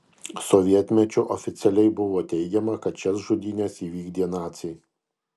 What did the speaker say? sovietmečiu oficialiai buvo teigiama kad šias žudynes įvykdė naciai